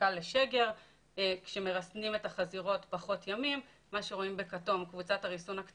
גם בחזירות וגם בגורים שלהן באופן כללי המגמה היא שיש